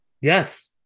Yes